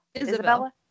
Isabella